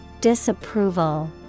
Disapproval